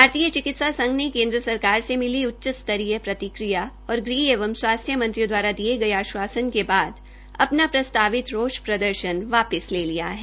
भारतीय चिकित्सा संघ ने केन्द्र सरकार से मिली उच्च स्तरीय प्रतिक्रिया और गृह एवं स्वास्थ्य मंत्रियों दवारा दिये गये आश्वासन के बाद अपना प्रस्तावित रोष वापिस ले लिया है